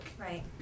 Right